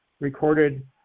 recorded